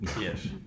Yes